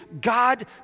God